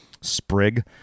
sprig